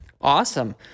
Awesome